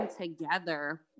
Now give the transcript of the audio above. together